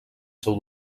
seu